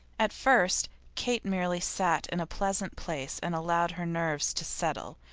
at first kate merely sat in a pleasant place and allowed her nerves to settle,